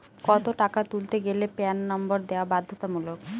কত টাকা তুলতে গেলে প্যান নম্বর দেওয়া বাধ্যতামূলক?